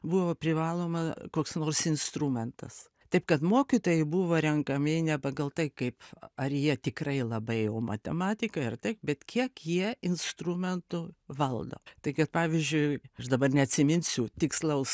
buvo privaloma koks nors instrumentas taip kad mokytojai buvo renkami ne pagal tai kaip ar jie tikrai labai jau matematikai ar taip bet kiek jie instrumentų valdo tai kad pavyzdžiui aš dabar neatsiminsiu tikslaus